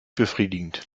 befriedigend